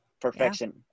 perfection